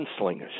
gunslingers